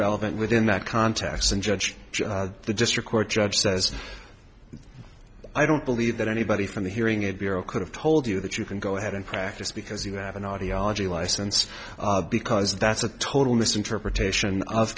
relevant within that context and judge the district court judge says i don't believe that anybody from the hearing aid bureau could have told you that you can go ahead and practice because you have an audiology license because that's a total misinterpretation of